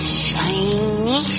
shiny